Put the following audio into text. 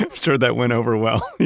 i'm sure that went over well yeah